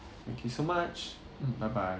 thank you so much mm bye bye